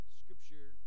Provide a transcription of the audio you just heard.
scripture